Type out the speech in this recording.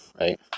right